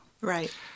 Right